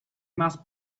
must